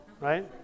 right